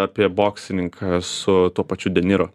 apie boksininką su tuo pačiu deniro